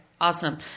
awesome